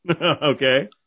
Okay